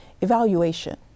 Evaluation